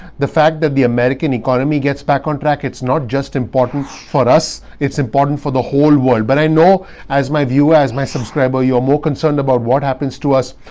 the fact that the american economy gets back on track, it's not just important for us, it's important for the whole world. but i know as my viewers, my subscriber, you're more concerned about what happens to us,